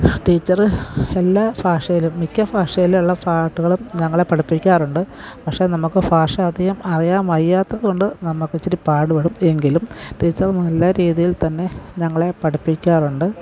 teacher എല്ലാ ഭാഷയിലും മിക്ക ഭാഷയിലുള്ള പാട്ടുകളും ഞങ്ങളെ പഠിപ്പിക്കാറുണ്ട് പക്ഷേ നമുക്ക് ഭാഷ അധികം അറിയാൻ വയ്യാത്തതുകൊണ്ട് നമ്മൾക്കിച്ചിരി പാടുപെടും എങ്കിലും ടീച്ചർ നല്ല രീതിയിൽ തന്നെ ഞങ്ങളെ പഠിപ്പിക്കാറുണ്ട്